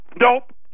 nope